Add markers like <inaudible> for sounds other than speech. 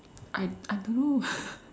I I don't know <breath>